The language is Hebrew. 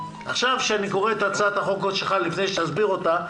עכשיו כשאני קורא את הצעת החוק שלך לפני שתסביר אותה,